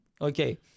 okay